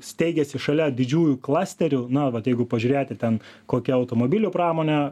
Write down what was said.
steigėsi šalia didžiųjų klasterių na vat jeigu pažiūrėti ten kokia automobilių pramonė